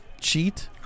Cheat